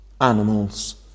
animals